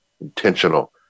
intentional